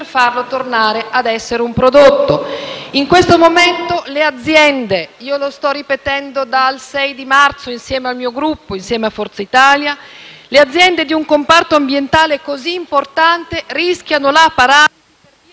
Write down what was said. farlo tornare ad essere un prodotto. In questo momento - io lo sto ripetendo dal 6 marzo, insieme al Gruppo Forza Italia - le aziende di un comparto ambientale così importante rischiano la paralisi